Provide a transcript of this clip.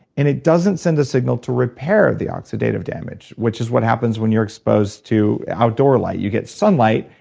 and it doesn't send a signal to repair the oxidative damage, which is what happens when you're exposed to outdoor light. you get sunlight,